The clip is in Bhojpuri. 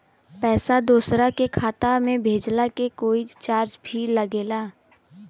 पैसा दोसरा के खाता मे भेजला के कोई चार्ज भी लागेला?